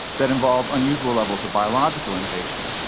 that involve unusual levels of biological innovation.